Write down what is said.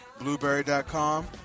Blueberry.com